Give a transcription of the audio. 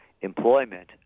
employment